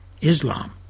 Islam